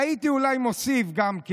והייתי אולי מוסיף גם,